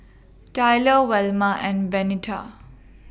Tyler Velma and Benita